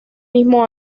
mismo